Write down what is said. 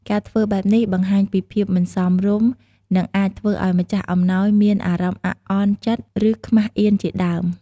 ការធ្វើបែបនេះបង្ហាញពីភាពមិនសមរម្យ និងអាចធ្វើឲ្យម្ចាស់អំណោយមានអារម្មណ៍អាក់អន់ចិត្ត ឬខ្មាសអៀនជាដើម។